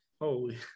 holy